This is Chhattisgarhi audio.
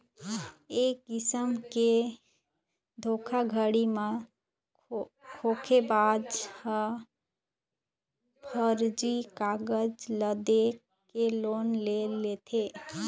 ए किसम के धोखाघड़ी म धोखेबाज ह फरजी कागज ल दे के लोन ले लेथे